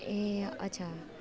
ए अच्छा